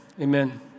Amen